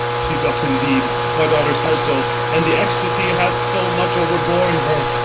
she doth indeed my daughter says so and the ecstasy hath so much overborne her,